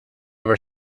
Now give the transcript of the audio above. ever